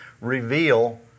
reveal